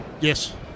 Yes